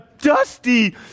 dusty